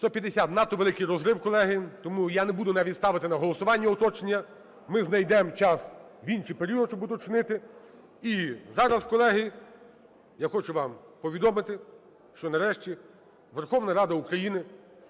За-150 Надто великий розрив, колеги. Тому я не буду навіть ставити на голосування уточнення. Ми знайдемо час в інший період, щоб уточнити. І зараз, колеги, я хочу вам повідомити, що нарешті Верховна Рада України,